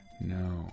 No